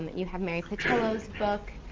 you have mary pattillo's book,